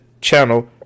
channel